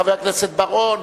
חבר הכנסת בר-און,